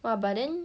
!wah! but then